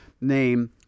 name